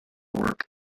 work